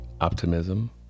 optimism